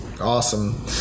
Awesome